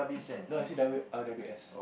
no I saw W r_w_s